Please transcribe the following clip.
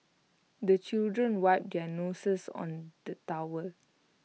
the children wipe their noses on the towel